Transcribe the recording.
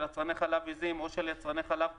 יצרני חלב עיזים או של יצרני חלב כבשים,